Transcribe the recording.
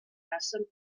passen